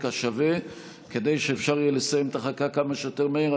השווה כדי שאפשר יהיה לסיים את החקיקה כמה שיותר מהר.